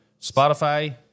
Spotify